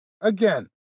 Again